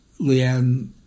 Leanne